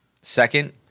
Second